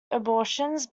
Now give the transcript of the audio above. abortions